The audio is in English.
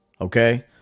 okay